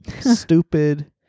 stupid